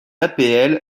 d’apl